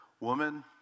Woman